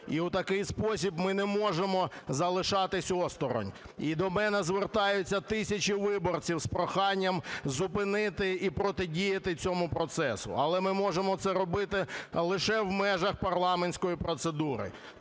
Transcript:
І у такий спосіб ми не можемо залишатися осторонь. І до мене звертаються тисячі виборців з проханням зупинити і протидіяти цьому процесу. Але ми можемо це робити лише в межах парламентської процедури.